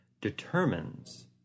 determines